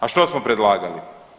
A što smo predlagali?